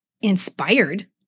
inspired